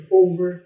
over